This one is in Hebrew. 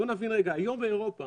בוא נבין רגע, היום באירופה